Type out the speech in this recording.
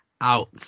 out